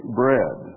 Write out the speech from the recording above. bread